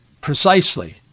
precisely